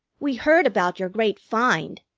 we heard about your great find!